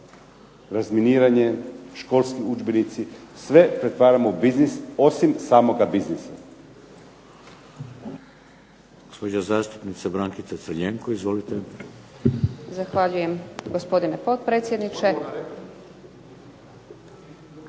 Razminiranje, školski udžbenici sve pretvaramo u biznis osim samoga biznisa.